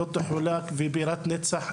לא תחולק והיא בירת נצח.